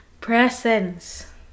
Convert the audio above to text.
presence